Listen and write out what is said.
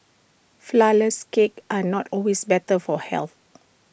Flourless Cakes are not always better for health